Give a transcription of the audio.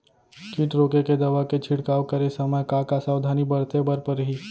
किट रोके के दवा के छिड़काव करे समय, का का सावधानी बरते बर परही?